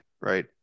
right